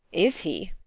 is he?